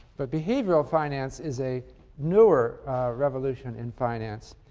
but behavioral finance is a newer revolution in finance